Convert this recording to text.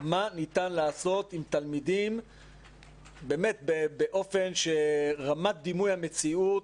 מה ניתן לעשות עם תלמידים באופן שרמת דימוי המציאות,